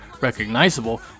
recognizable